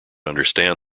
understand